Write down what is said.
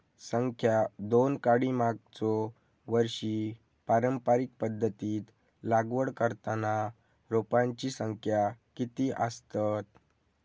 संख्या दोन काडी मागचो वर्षी पारंपरिक पध्दतीत लागवड करताना रोपांची संख्या किती आसतत?